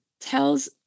tells